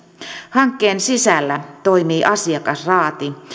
hankkeen sisällä toimii asiakasraati